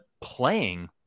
playing